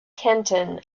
kenton